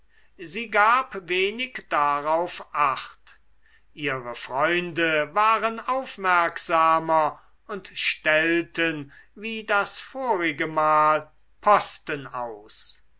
sie gab wenig darauf acht ihre freunde waren aufmerksamer und stellten wie das vorigemal posten aus